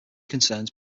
concerns